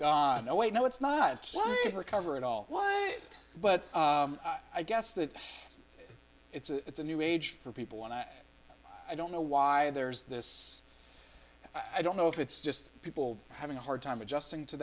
gone away no it's not recover at all but i guess that it's a new age for people and i don't know why there's this i don't know if it's just people having a hard time adjusting to